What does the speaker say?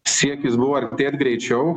siekis buvo artėt greičiau